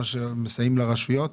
מה שמסייעים לרשויות?